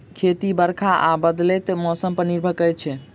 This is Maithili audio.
खेती बरखा आ बदलैत मौसम पर निर्भर करै छै